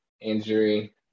injury